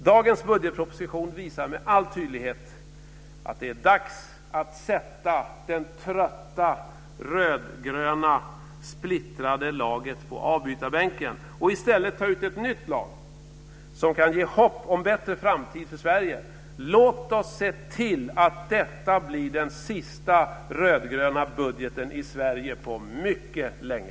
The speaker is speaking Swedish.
Dagens budgetproposition visar med all tydlighet att det är dags att sätta det trötta splittrade rödgröna laget på avbytarbänken och i stället ta ut ett nytt lag som kan ge hopp om en bättre framtid för Sverige. Låt oss se till att detta blir den sista rödgröna budgeten i Sverige på mycket länge!